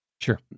Sure